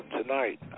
tonight